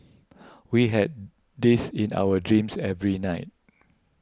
we had this in our dreams every night